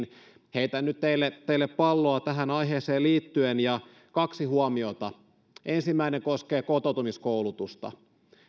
heitän nyt teille teille palloa tähän aiheeseen liittyen kaksi huomiota ensimmäinen koskee kotoutumiskoulutusta